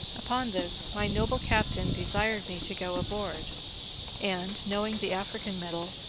upon this my noble captain desired me to go aboard and, knowing the african metal,